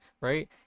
right